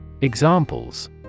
Examples